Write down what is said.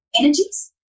energies